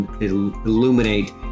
illuminate